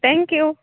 thank you